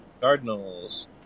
Cardinals